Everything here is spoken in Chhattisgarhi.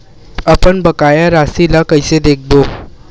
अपन बकाया राशि ला कइसे देखबो?